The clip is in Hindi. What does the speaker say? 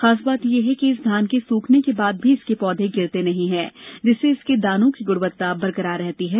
खास बात यह है कि इस धान के सूखने के बाद भी इसके पौधे गिरते नहीं है जिससे इसके दानों की गुणवत्ता बरकरार रहती है